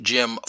Jim